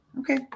okay